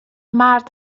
مرد